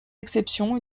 exceptions